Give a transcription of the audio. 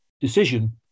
decision